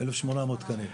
1,800 תקנים.